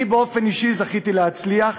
אני באופן אישי זכיתי להצליח